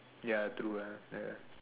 ya true lah ya